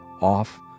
off